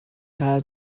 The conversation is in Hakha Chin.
kha